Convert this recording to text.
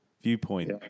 viewpoint